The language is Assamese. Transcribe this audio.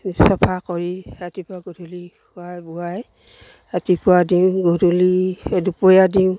চাফা কৰি ৰাতিপুৱা গধূলি খোৱাই বোৱাই ৰাতিপুৱা দিওঁ গধূলি দুপৰীয়া দিওঁ